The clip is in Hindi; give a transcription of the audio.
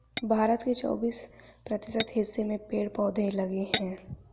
भारत के चौबिस प्रतिशत हिस्से में पेड़ पौधे लगे हैं